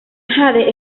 jade